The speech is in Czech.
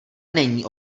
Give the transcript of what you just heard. není